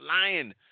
lying